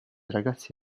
ragazzi